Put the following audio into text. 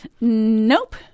Nope